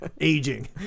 Aging